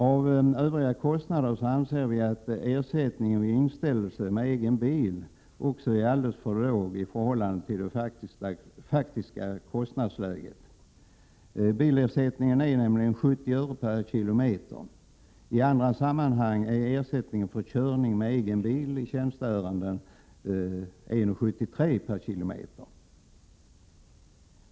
Av övriga kostnader anser vi att ersättningen vid inställelse med egen bil också är alldeles för låg i förhållande till det faktiska kostnadsläget. Bilersättningen är nämligen bara 70 öre per kilometer. I andra sammanhang är ersättning för körning med egen bil i tjänsteärenden 173 öre per kilometer.